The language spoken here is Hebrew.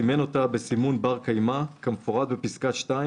סימן אותה בסימון בר קיימא כמפורט בפסקה (2)